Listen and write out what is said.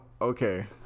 Okay